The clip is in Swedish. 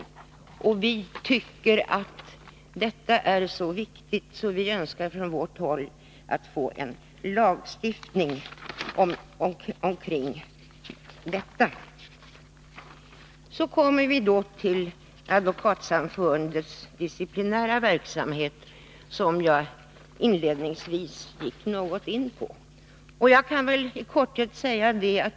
Vi tycker att detta är så viktigt att vi från vårt håll önskar en lagstiftning om det. Så kommer vi då till Advokatsamfundets disciplinära verksamhet, som jag inledningsvis berörde.